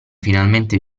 finalmente